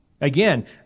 Again